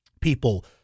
people